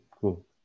cool